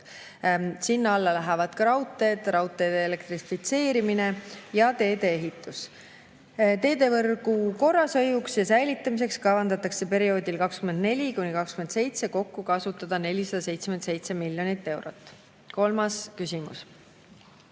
Sinna alla lähevad ka raudteed, raudteede elektrifitseerimine ja teedeehitus. Teedevõrgu korrashoiuks ja säilitamiseks kavandatakse perioodil 2024–2027 kokku kasutada 477 miljonit eurot. Kolmas küsimus: